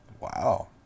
Wow